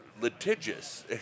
litigious